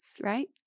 right